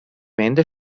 wände